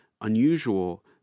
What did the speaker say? unusual